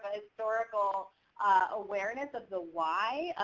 historical awareness of the why.